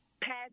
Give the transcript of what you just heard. past